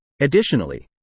Additionally